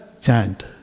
chant